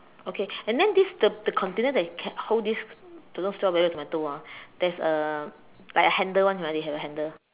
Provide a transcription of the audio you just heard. okay and then this the the container that can hold this don't know say whether tomato ah there's a like a handle one right you have a handle